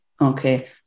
Okay